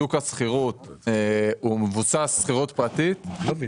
שוק השכירות הוא מבוסס על שכירות פרטית --- אני לא מבין,